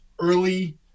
early